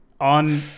on